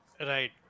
Right